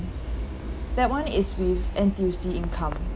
that [one] is with N_T_U_C income